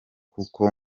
kuko